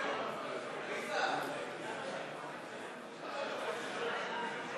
להזכירכם, הצבענו על הסתייגות לחלופין (א)